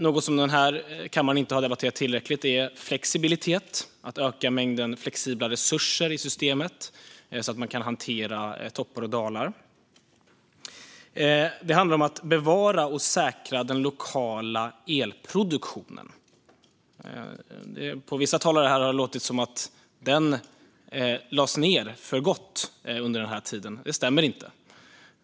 Något som den här kammaren inte har debatterat tillräckligt är flexibilitet, att öka mängden flexibla resurser i systemet, så att man kan hantera toppar och dalar. Det handlar också om att bevara och säkra den lokala elproduktionen. På vissa talare har det låtit som att den under den här tiden har lagts ned för gott. Det stämmer inte.